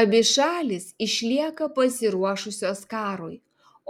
abi šalys išlieka pasiruošusios karui